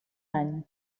any